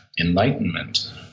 enlightenment